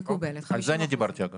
על זה דיברתי, אגב.